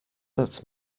that